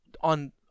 on